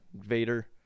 Vader